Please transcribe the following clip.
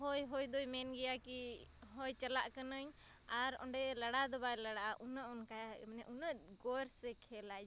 ᱦᱳᱭ ᱦᱳᱭ ᱫᱚᱭ ᱢᱮᱱ ᱜᱮᱭᱟ ᱠᱤ ᱦᱳᱭ ᱪᱟᱞᱟᱜ ᱠᱟᱹᱱᱟᱹᱧ ᱟᱨ ᱚᱸᱰᱮ ᱞᱟᱲᱟᱣᱫᱚ ᱵᱟᱭ ᱞᱟᱲᱟᱜᱼᱟ ᱩᱱᱟᱹᱜ ᱚᱱᱠᱟ ᱢᱟᱱᱮ ᱩᱱᱟᱹᱜ ᱜᱚᱨᱥᱮ ᱠᱷᱮᱞᱟᱭ